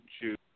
choose